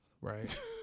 right